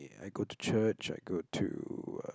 I go to church I go to uh